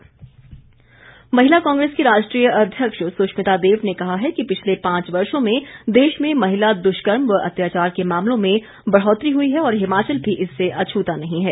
महिला कांग्रेस महिला कांग्रेस की राष्ट्रीय अध्यक्ष सुष्मिता देव ने कहा है कि पिछले पांच वर्षो में देश में महिला दुष्कर्म व अत्याचार के मामलों में बढ़ोतरी हुई है और हिमाचल भी इससे अछूता नहीं है